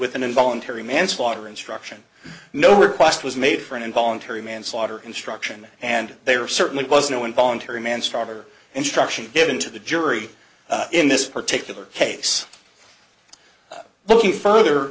with an involuntary manslaughter instruction no request was made for an involuntary manslaughter instruction and they were certainly was no involuntary manslaughter instruction given to the jury in this particular case looking further